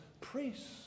priests